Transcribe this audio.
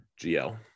GL